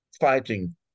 fighting